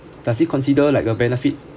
does it consider like a benefit